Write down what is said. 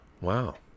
Wow